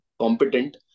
competent